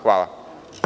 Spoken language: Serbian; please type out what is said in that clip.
Hvala.